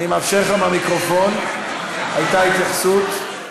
אני מאפשר לך מהמיקרופון, הייתה התייחסות.